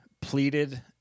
pleaded